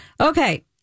Okay